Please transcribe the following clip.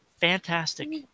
Fantastic